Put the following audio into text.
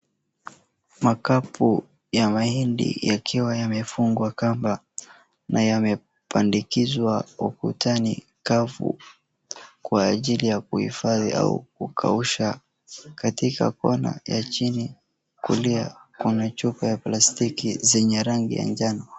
Makapu ya mahindi yakiwa yamefungwa kamba na yamepandikizwa ukutani kavu kwa ajili ya kuhifadhi au kukausha. Katika kona ya chini kulia kuna chupa ya plastiki zenye rangi ya njano.